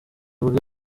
bwe